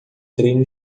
treino